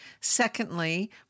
Secondly